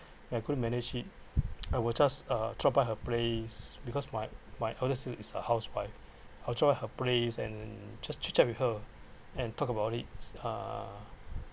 I couldn't manage it I will just uh drop by her place because my my older sister is a housewife I'll drop by her place and just chit chat with her and talk about it uh